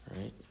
Right